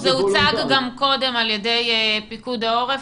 זה הוצג גם קודם על ידי פיקוד העורף